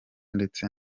ndetse